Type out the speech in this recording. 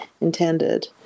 intended